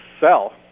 sell